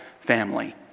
family